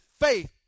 faith